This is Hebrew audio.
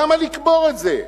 למה לקבור את זה?